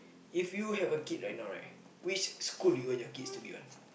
if you have a kid right now right which school do you want your kids to be on